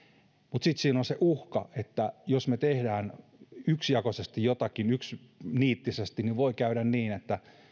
mutta sitten siinä on se uhka että jos me teemme jotakin yksijakoisesti yksiniitisesti niin voi käydä niin että